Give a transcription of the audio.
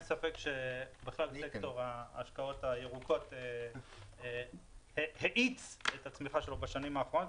אין ספק שאלקטור ההשקעות הירוקות האיץ את הצמיחה שלו בשנים האחרונות,